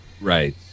Right